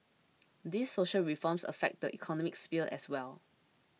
these social reforms affect the economic sphere as well